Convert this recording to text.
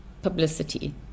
publicity